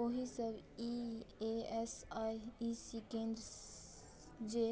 ओहि सब E A S I E C केंद्र जे